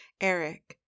Eric